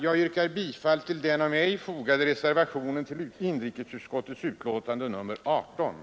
Jag yrkar bifall till den av mig vid inrikesutskottets betänkande nr 18 fogade reservationen.